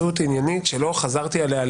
תודה רבה.